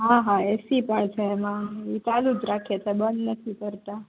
હા હા એસી પણ છે એમાં એ ચાલું જ રાખીએ છે બંધ નથી કરતા